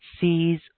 sees